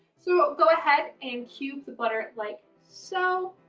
so go ahead and cube the butter like so.